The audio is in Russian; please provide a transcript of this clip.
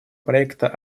проекта